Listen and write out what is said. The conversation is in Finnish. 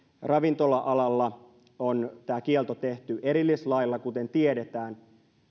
ravintola alalla on tämä kielto tehty erillislailla kuten tiedetään